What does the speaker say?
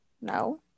No